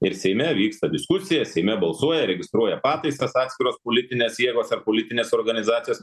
ir seime vyksta diskusija seime balsuoja registruoja pataisas atskiros politinės jėgos ar politinės organizacijos